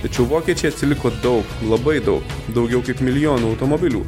tačiau vokiečiai atsiliko daug labai daug daugiau kaip milijonu automobilių